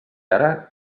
ara